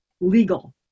legal